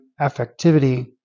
affectivity